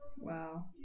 Wow